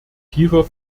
tiefer